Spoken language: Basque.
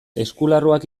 eskularruak